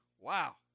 Wow